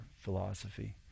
philosophy